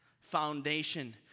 foundation